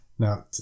Now